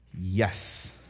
yes